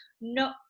no